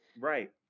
Right